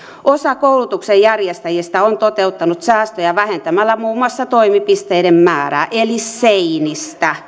osa koulutuksen järjestäjistä on toteuttanut säästöjä vähentämällä muun muassa toimipisteiden määrää eli seiniä